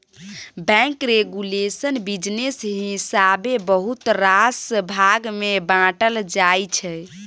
bank regulation business हिसाबेँ बहुत रास भाग मे बाँटल जाइ छै